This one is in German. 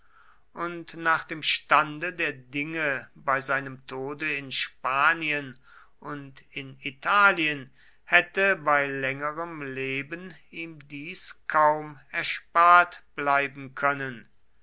und nach dem stande der dinge bei seinem tode in spanien und in italien hätte bei längerem leben ihm dies kaum erspart bleiben können